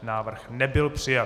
Návrh nebyl přijat.